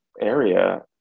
area